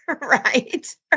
Right